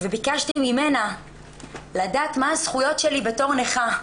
וביקשתי ממנה לדעת מה הזכויות שלי בתור נכה,